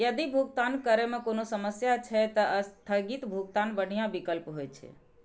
यदि भुगतान करै मे कोनो समस्या छै, ते स्थगित भुगतान बढ़िया विकल्प होइ छै